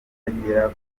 atagera